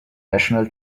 national